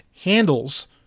handles